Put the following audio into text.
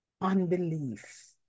unbelief